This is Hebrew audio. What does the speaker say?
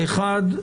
האחד,